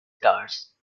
stars